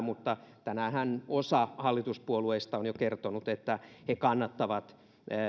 mutta tänäänhän osa hallituspuolueista on jo kertonut että he kannattavat